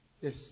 Yes